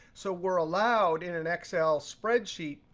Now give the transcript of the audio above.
so we're allowed, in an excel spreadsheet,